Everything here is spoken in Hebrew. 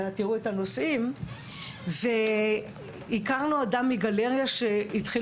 תראו את הנושאים והכרנו אדם מגלריה שהתחיל